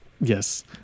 Yes